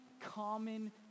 common